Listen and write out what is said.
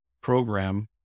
program